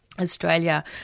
Australia